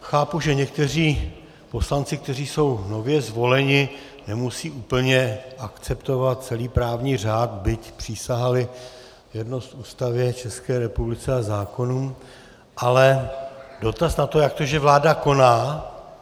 Chápu, že někteří poslanci, kteří jsou nově zvoleni, nemusí úplně akceptovat celý právní řád, byť přísahali věrnost Ústavě České republiky a zákonům, ale dotaz na to, jak to, že vláda koná?